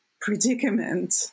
predicament